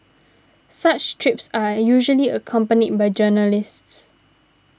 such trips are usually accompanied by journalists